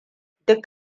duk